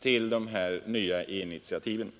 till de nya initiativen.